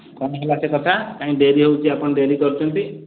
କ'ଣ ହେଲା ସେ କଥା କାଇଁ ଡେରି ହେଉଛି ଆପଣ ଡେରି କରୁଛନ୍ତି